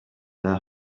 their